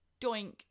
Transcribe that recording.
doink